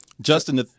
Justin